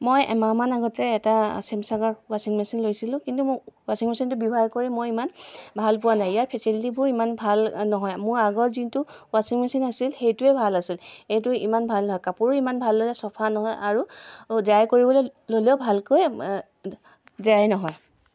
মই এমাহমান আগতে এটা ছেমছাঙৰ ৱাছিং মেচিন লৈছিলোঁ কিন্তু মোৰ ৱাছিং মেচিনটো ব্যৱহাৰ কৰি মই ইমান ভাল পোৱা নাই ইয়াৰ ফেচিলিটীবোৰ ইমান ভাল নহয় মোৰ আগৰ যোনটো ৱাছিং মেচিন আছিল সেইটোৱেই ভাল আছিল এইটো ইমান ভাল নহয় কাপোৰো ইমান ভালদৰে চাফা নহয় আৰু ড্ৰাই কৰিবলৈ ল'লেও ভালকৈ ড্ৰাই নহয়